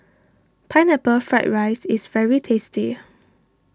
Pineapple Fried Rice is very tasty